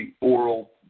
oral